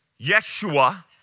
Yeshua